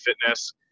fitness